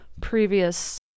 previous